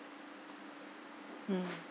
mm